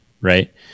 right